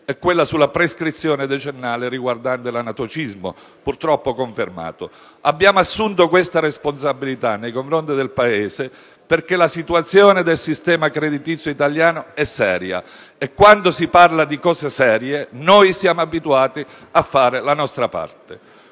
e quella sulla prescrizione decennale riguardante l'anatocismo, purtroppo confermato. Abbiamo assunto questa responsabilità nei confronti del Paese perché la situazione del sistema creditizio italiano è seria e quando si parla di cose serie noi siamo abituati a fare la nostra parte.